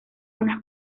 unas